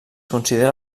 considera